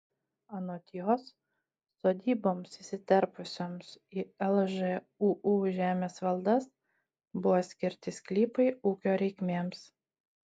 anot jos sodyboms įsiterpusioms į lžūu žemės valdas buvo skirti sklypai ūkio reikmėms